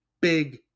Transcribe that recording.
big